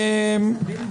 אדוני,